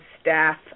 staff